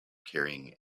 carrying